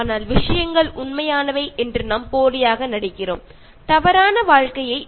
അതിനാൽ തന്നെ നമ്മൾ ഈ മിഥ്യയിൽ നമ്മുടെ ജീവിതം മുന്നോട്ടു കൊണ്ടു പോകുന്നു